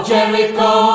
Jericho